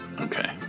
Okay